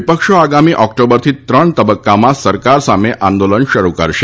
વિપક્ષો આગામી ઓક્ટોબરથી ત્રણ તબક્કામાં સરકાર સામે આંદોલન શરૂ કરશે